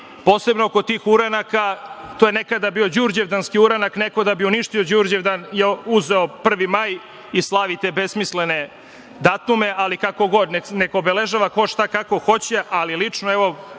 posebno oko tih uranaka, to je nekada bio đurđevdanski uranak, neko da bi uništio Đurđev dan, uzeo je 1. maj i slavi te besmislene datume. Neka obeležava ko kako hoće, ali lično,